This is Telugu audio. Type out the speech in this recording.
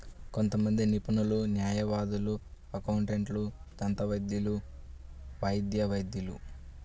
కొంతమంది నిపుణులు, న్యాయవాదులు, అకౌంటెంట్లు, దంతవైద్యులు, వైద్య వైద్యులు